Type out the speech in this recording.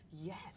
Yes